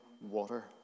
water